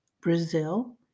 Brazil